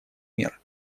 мер